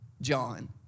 John